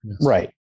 Right